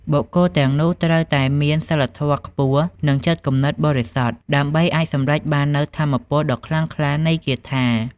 បុគ្គលទាំងនោះត្រូវតែមានសីលធម៌ខ្ពស់ និងចិត្តគំនិតបរិសុទ្ធ ដើម្បីអាចសម្រេចបាននូវថាមពលដ៏ខ្លាំងក្លានៃគាថា។